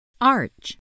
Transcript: Arch